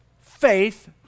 faith